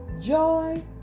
joy